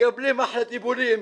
מקבלים אחלה טיפולים,